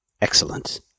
Excellent